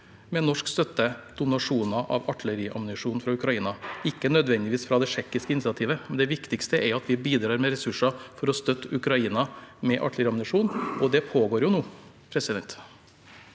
med norsk støtte donasjoner av artilleriammunisjon til Ukraina – ikke nødvendigvis fra det tsjekkiske initiativet. Det viktigste er at vi bidrar med ressurser for å støtte Ukraina med artilleriammunisjon, og det pågår jo nå.